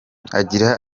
agira